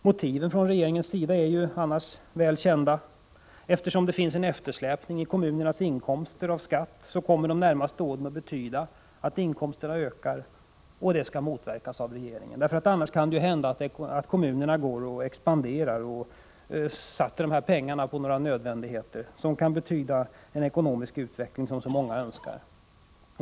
Motiven från regeringens sida är ju annars väl kända. Eftersom det finns en eftersläpning i kommunernas inkomster av skatt, kommer de närmaste åren att betyda att inkomsterna ökar — och detta skall motverkas av regeringen. Annars kan det ju hända att kommunerna expanderar och satsar pengarna på några nödvändigheter, vilket kan ge en sådan ekonomisk utveckling som så många önskar.